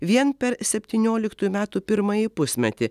vien per septynioliktųjų metų pirmąjį pusmetį